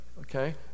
Okay